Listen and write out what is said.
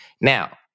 Now